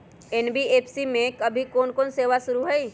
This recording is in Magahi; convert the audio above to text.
एन.बी.एफ.सी में अभी कोन कोन सेवा शुरु हई?